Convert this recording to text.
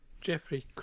Jeffrey